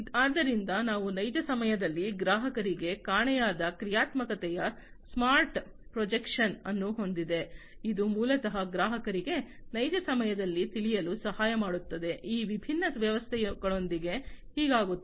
ಆದ್ದರಿಂದ ಅವು ನೈಜ ಸಮಯದಲ್ಲಿ ಗ್ರಾಹಕರಿಗೆ ಕಾಣೆಯಾದ ಕ್ರಿಯಾತ್ಮಕತೆಯ ಸ್ಮಾರ್ಟ್ ಪ್ರೊಜೆಕ್ಷನ್ ಅನ್ನು ಹೊಂದಿದೆ ಇದು ಮೂಲತಃ ಗ್ರಾಹಕರಿಗೆ ನೈಜ ಸಮಯದಲ್ಲಿ ತಿಳಿಯಲು ಸಹಾಯ ಮಾಡುತ್ತದೆ ಈ ವಿಭಿನ್ನ ವ್ಯವಸ್ಥೆಗಳೊಂದಿಗೆ ಹೀಗಾಗುತ್ತಿದೆ